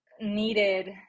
needed